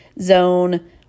zone